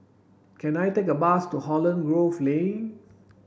can I take a bus to Holland Grove Lane